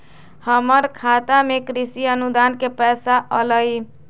हमर खाता में कृषि अनुदान के पैसा अलई?